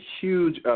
huge